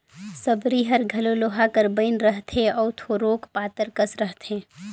सबरी हर घलो लोहा कर बइन रहथे अउ थोरोक पातर कस रहथे